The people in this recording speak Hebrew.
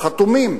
חתומים.